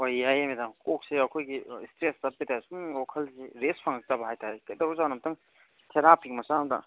ꯍꯣꯏ ꯌꯥꯏꯌꯦ ꯃꯦꯗꯥꯝ ꯀꯣꯛꯁꯦ ꯑꯩꯈꯣꯏꯒꯤ ꯏꯁꯇ꯭ꯔꯦꯁ ꯆꯠꯄꯒꯤ ꯇꯥꯏꯞ ꯁꯨꯝ ꯋꯥꯈꯜꯁꯦ ꯔꯦꯁ ꯐꯪꯉꯛꯇꯕ ꯍꯥꯏꯇꯔꯦ ꯀꯩꯗꯧ ꯖꯥꯠꯅꯣ ꯑꯃꯨꯛꯇꯪ ꯊꯦꯔꯥꯄꯤ ꯃꯆꯥ ꯑꯃꯇ